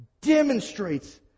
demonstrates